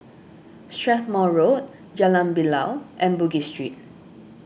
Strathmore Road Jalan Bilal and Bugis Street